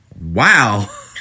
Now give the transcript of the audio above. Wow